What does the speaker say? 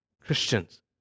Christians